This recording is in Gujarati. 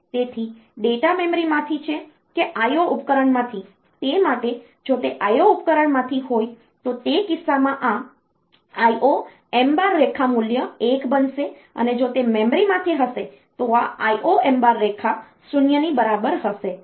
તેથી ડેટા મેમરીમાંથી છે કે IO ઉપકરણમાંથી તે માટે જો તે IO ઉપકરણમાંથી હોય તો તે કિસ્સામાં આ IOM રેખા મૂલ્ય 1 બનશે અને જો તે મેમરીમાંથી હશે તો આ IOM રેખા 0 ની બરાબર હશે